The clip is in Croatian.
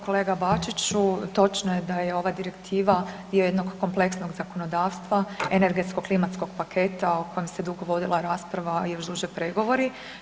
Kolega Bačiću, točno je da je ova direktiva dio jednog kompleksnog zakonodavstva, energetsko klimatskog paketa o kojem se dugo vodila rasprava i još duže pregovori.